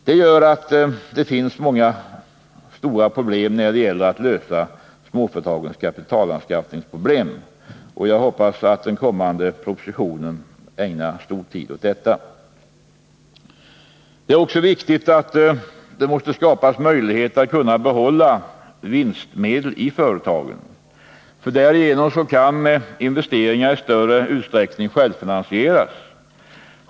Småföretagens kapitalanskaffningsproblem är således stora, och jag hoppas att den kommande propositionen ägnar stort utrymme åt att försöka lösa dem. Det är också viktigt att det skapas möjligheter att behålla vinstmedel i företagen. Därigenom kan investeringar i större utsträckning självfinansieras.